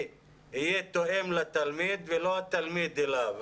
יהיה תואם לתלמיד ולא התלמיד למוסד.